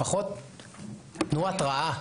לפחות תנו התראה.